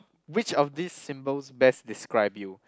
which of these symbols best describe you